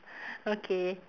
okay